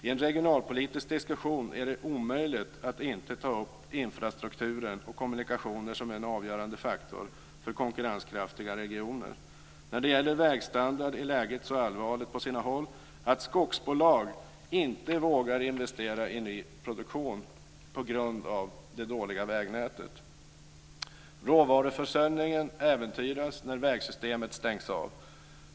I en regionalpolitisk diskussion är det omöjligt att inte ta upp infrastrukturen och kommunikationer som en avgörande faktor för konkurrenskraftiga regioner. När det gäller vägstandard är läget så allvarligt på sina håll att skogsbolag inte vågar investera i ny produktion på grund av det dåliga vägnätet. Råvaruförsörjningen äventyras när vägsystemet stängs av.